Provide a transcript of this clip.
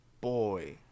Boy